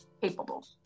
capable